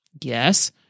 Yes